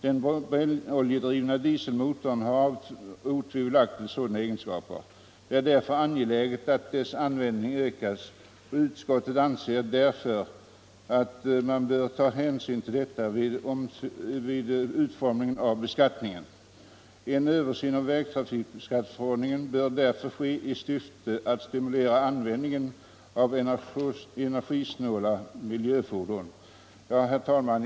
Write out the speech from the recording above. Den brännoljedrivna dieselmotorn har otvivelaktigt sådana egenskaper. Det är därför angeläget att dess användning ökas. Utskottet anser att detta bl.a. bör ske genom hänsynstagande härtill vid utformningen av beskattningen. En översyn av vägtrafikskatteförordningen bör därför ske i syfte att stimulera användningen av energisnåla och miljövänliga fordon.” Herr talman!